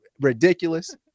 ridiculous